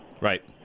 right